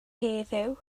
heddiw